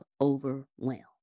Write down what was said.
overwhelmed